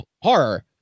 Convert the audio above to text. Horror